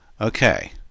Okay